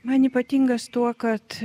man ypatingas tuo kad